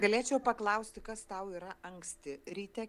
galėčiau paklausti kas tau yra anksti ryte